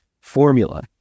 formula